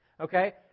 Okay